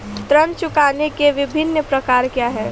ऋण चुकाने के विभिन्न प्रकार क्या हैं?